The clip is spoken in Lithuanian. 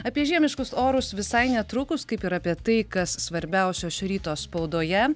apie žiemiškus orus visai netrukus kaip ir apie tai kas svarbiausia šio ryto spaudoje